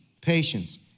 patience